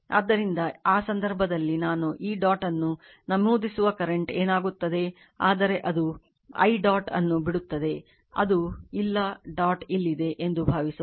ಆದ್ದರಿಂದ ಆ ಸಂದರ್ಭದಲ್ಲಿ ನಾನು ಈ ಡಾಟ್ ಅನ್ನು ನಮೂದಿಸುವ ಕರೆಂಟ್ ಏನಾಗುತ್ತದೆ ಆದರೆ ಇದು I ಡಾಟ್ ಅನ್ನು ಬಿಡುತ್ತದೆ ಇದು ಇಲ್ಲ ಡಾಟ್ ಇಲ್ಲಿದೆ ಎಂದು ಭಾವಿಸೋಣ